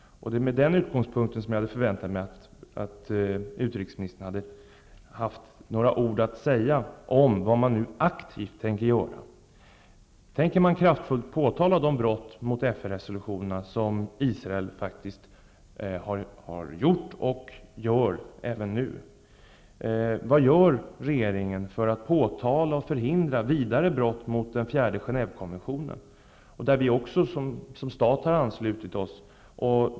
Det är med den utgångspunkten som jag hade förväntat mig att utrikesministern hade haft några ord att säga om vad man nu aktivt tänker göra. Tänker man kraftfullt påtala de brott mot FN resolutionerna som Israel faktiskt har begått och begår även nu? Vad gör regeringen för att påtala och förhindra vidare brott mot den fjärde Genèvekonventionen, som också vårt land har anslutit sig till?